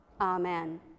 amen